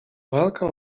walka